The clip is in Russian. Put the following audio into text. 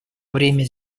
время